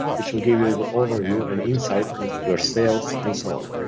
which will give you the overview and insight in your sales and so on.